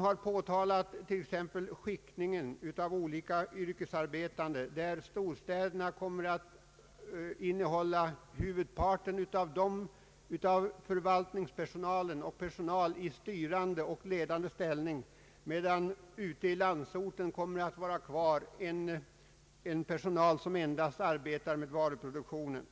har påtalat t.ex. skiktningen av olika yrkesarbetande, där storstäderna kommer att innehålla huvudparten av förvaltningspersonalen och personal i styrande och ledande ställning, medan ute i landsorten kommer att vara kvar människor som endast arbetar med varuproduktion.